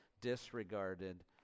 disregarded